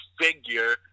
figure